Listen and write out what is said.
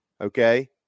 Okay